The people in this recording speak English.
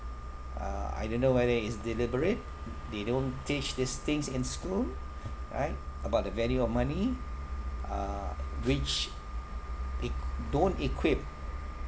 uh I don't know whether it's deliberate they don't teach these things in school right about the value of money uh which eq~ don't equip